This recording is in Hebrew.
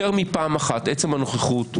יותר מפעם אחת עצם הנוכחות במליאה,